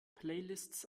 playlists